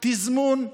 תזמון מצוין,